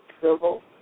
civil